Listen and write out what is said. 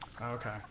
Okay